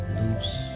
loose